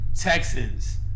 Texans